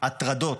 הטרדות,